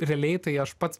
realiai tai aš pats